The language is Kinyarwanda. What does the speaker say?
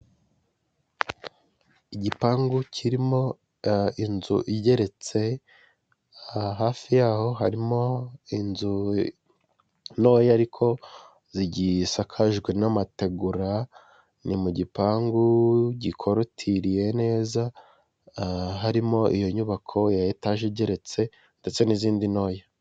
Igipangu kirimo inzu igeretse hafi yaho harimo inzu ntoya ariko zigisakajwe n'amategura, ni mu gipangu gikorutiriye neza harimo iyo nyubako ya etage igeretse ndetse n'izindi ntoya.